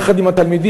יחד עם התלמידים,